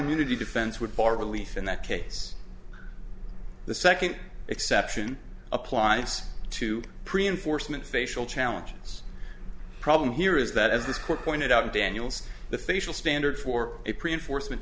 immunity defense would bar relief in that case the second exception applies to pre enforcement facial challenges problem here is that as this court pointed out in daniels the facial standard for a pre enforcement